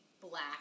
black